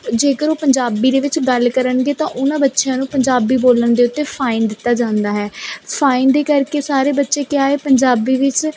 ਜੇਕਰ ਉਹ ਪੰਜਾਬੀ ਦੇ ਵਿੱਚ ਗੱਲ ਕਰਨਗੇ ਤਾਂ ਉਹਨਾਂ ਬੱਚਿਆਂ ਨੂੰ ਪੰਜਾਬੀ ਬੋਲਣ ਦੇ ਉਤੇ ਫਾਇਨ ਦਿੱਤਾ ਜਾਂਦਾ ਹੈ ਫਾਇਨ ਦੇ ਕਰਕੇ ਸਾਰੇ ਬੱਚੇ ਕਿਆ ਹੈ ਪੰਜਾਬੀ ਵਿਚ